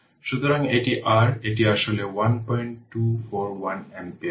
সুতরাং এটি r এটি আসলে 1241 অ্যাম্পিয়ার